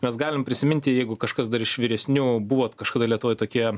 mes galim prisiminti jeigu kažkas dar iš vyresnių buvot kažkada lietuvoj tokie